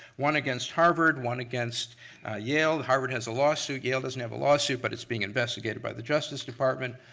one against harvard, one against yale. harvard has a lawsuit. yale doesn't have a lawsuit, but it's being investigated by the justice department,